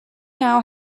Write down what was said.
now